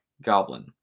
goblin